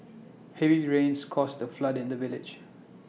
heavy rains caused A flood in the village